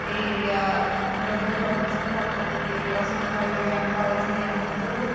ఈ ఆ మెడికల్ షాప్లో తీసుకుంటే తక్కువ ఉంటుంది ప్రస్తుతం మరియు గైనకాలజీ అంటూ